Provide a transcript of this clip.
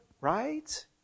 Right